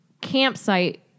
campsite